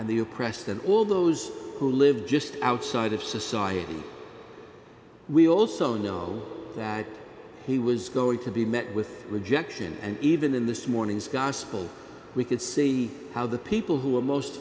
and the oppressed and all those who live just outside of society we also know that he was going to be met with rejection and even in this morning's gospel we could see how the people who are most